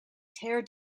tear